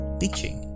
teaching